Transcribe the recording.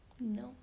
No